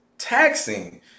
taxing